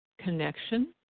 connection